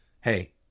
hey